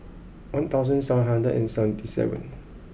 one thousand seven hundred and seventy seven